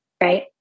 right